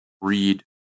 read